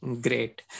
Great